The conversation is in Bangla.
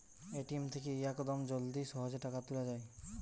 এ.টি.এম থেকে ইয়াকদম জলদি সহজে টাকা তুলে যায়